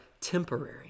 temporary